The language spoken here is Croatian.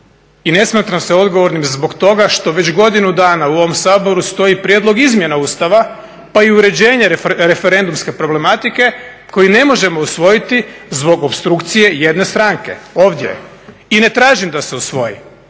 i ne smatram se odgovornim zbog toga što već godinu dana u ovom Saboru stoji prijedlog izmjena Ustava pa i uređenje referendumske problematike koji ne možemo usvojiti zbog opstrukcije jedne stranke ovdje. I ne tražim da se usvoji